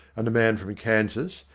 and the man from kansas,